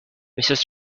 mrs